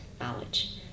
knowledge